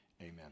Amen